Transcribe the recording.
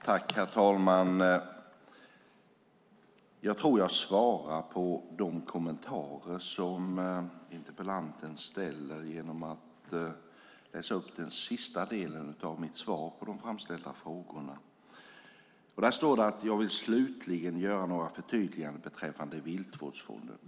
Herr talman! Jag tror att jag svarar på interpellantens kommentarer genom att läsa upp den sista delen av mitt interpellationssvar: Jag vill slutligen göra några förtydliganden beträffande Viltvårdsfonden.